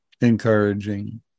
Encouraging